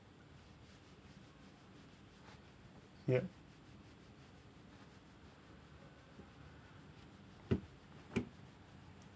yup